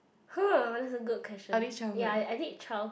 !huh! that's a good question ya I I did childhood